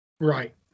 Right